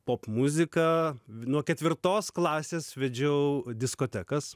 popmuzika nuo ketvirtos klasės vedžiau diskotekas